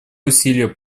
усилия